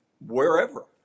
wherever